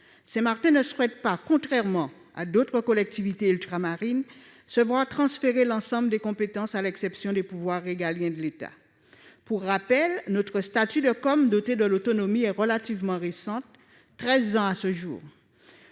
Saint-Martin ne souhaite pas, contrairement à d'autres collectivités ultramarines, se voir transférer l'ensemble des compétences à l'exception du pouvoir régalien de l'État. Pour rappel, notre statut de collectivité d'outre-mer (COM) dotée de l'autonomie est relativement récent puisqu'il a